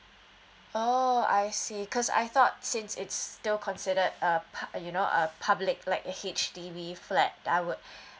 oh I see cause I thought since it's still considered uh pub~ you know uh public like H_D_B flat I would